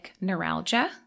neuralgia